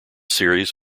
series